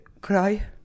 cry